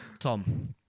Tom